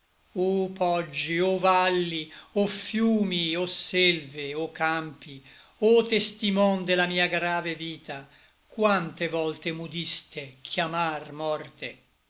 o poggi o valli o fiumi o selve o campi o testimon de la mia grave vita quante volte m'udiste chiamar morte